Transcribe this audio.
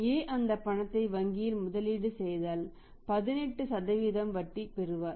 A அந்தப் பணத்தை வங்கியில் முதலீடு செய்தால் 18 வட்டி பெறுவார்